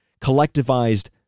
collectivized